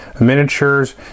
miniatures